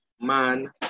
man